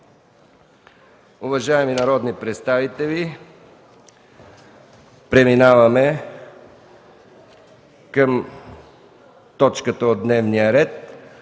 Уважаеми народни представители, преминаваме към точката от дневния ред: